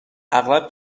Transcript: اغلب